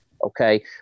Okay